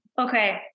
Okay